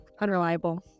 unreliable